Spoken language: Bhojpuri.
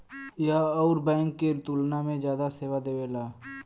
यह अउर बैंक के तुलना में जादा सेवा देवेला